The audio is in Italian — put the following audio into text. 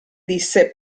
disse